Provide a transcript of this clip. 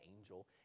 angel